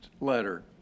letter